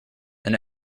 and